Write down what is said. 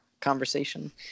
conversation